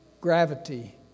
gravity